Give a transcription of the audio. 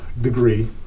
degree